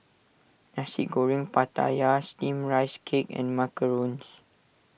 Nasi Goreng Pattaya Steamed Rice Cake and Macarons